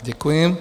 Děkuji.